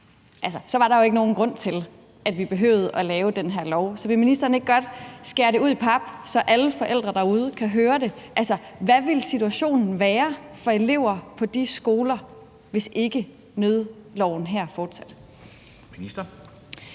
var der jo ikke nogen grund til, at vi lavede den her lov, så vil ministeren ikke godt skære det ud i pap, så alle forældre derude kan høre det? Hvordan vil situationen være for eleverne på de skoler, hvis ikke nødloven her fortsatte?